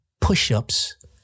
push-ups